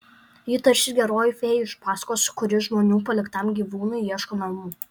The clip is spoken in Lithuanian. ji tarsi geroji fėja iš pasakos kuri žmonių paliktam gyvūnui ieško namų